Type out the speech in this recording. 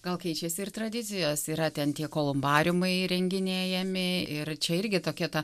gal keičiasi ir tradicijos yra ten tie kolumbariumai įrenginėjami ir čia irgi tokia ta